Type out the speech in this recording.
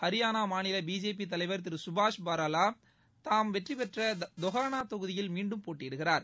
ஹரியானா மாநில பிஜேபி தலைவர் திரு சுபாஷ் பராலா தாம் வெற்றிபெற்ற தோகனா தொகுதியில் மீண்டும் போட்டியிடுகிறார்